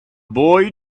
boy